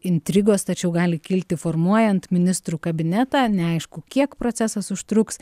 intrigos tačiau gali kilti formuojant ministrų kabinetą neaišku kiek procesas užtruks